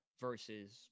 versus